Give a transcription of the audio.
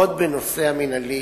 עוד בנושא המינהלי,